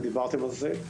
ודיברתם על זה,